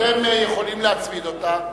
אתם יכולים להצמיד אותה.